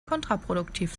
kontraproduktiv